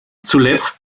zuletzt